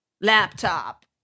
laptop